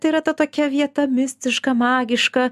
tai yra ta tokia vieta mistiška magiška